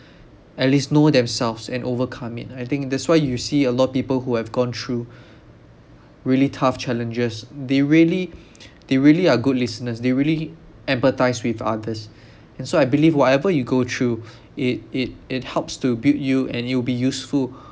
at least know themselves and overcome it I think that's why you see a lot of people who have gone through really tough challenges they really they really are good listeners they really empathise with others and so I believe whatever you go through it it it helps to build you and it will be useful